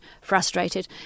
frustrated